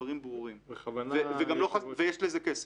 הדברים ברורים, ויש לזה כסף.